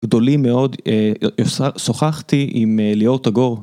גדולים מאוד, שוחחתי עם ליאור תגור.